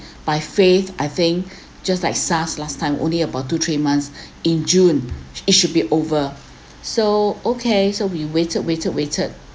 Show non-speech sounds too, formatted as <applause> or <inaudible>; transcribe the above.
<breath> by faith I think <breath> just like SARS last time only about two three months <breath> in june it should be over so okay so we waited waited waited